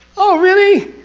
oh really?